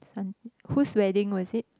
whose wedding was it